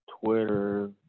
Twitter